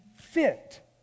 fit